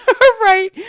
Right